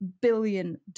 billion